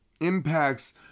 Impact's